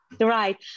right